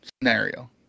scenario